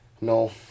No